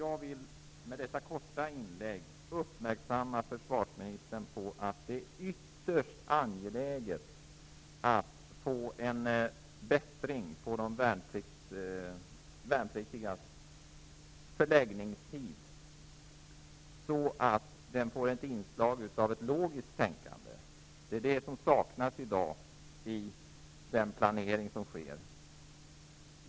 Jag vill med detta korta inlägg uppmärksamma försvarsministern, som fortfarande finns här i kammaren, på att det är ytterst angeläget att få till stånd en förbättring av de värnpliktigas förläggningstid, så att den får ett inslag av ett logiskt tänkande. Det saknas i dag i den planering som sker.